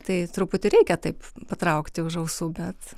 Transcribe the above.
tai truputį reikia taip patraukti už ausų bet